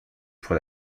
pour